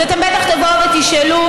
אז אתם בטח תבואו ותשאלו: